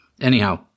Anyhow